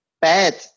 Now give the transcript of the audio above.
bad